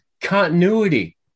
continuity